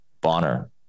Bonner